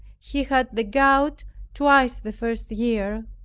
he had the gout twice the first year,